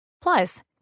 Plus